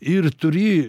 ir turi